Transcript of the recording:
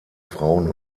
frauen